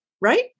Right